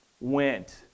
went